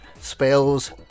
spells